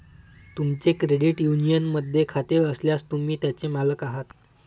तुमचे क्रेडिट युनियनमध्ये खाते असल्यास, तुम्ही त्याचे मालक आहात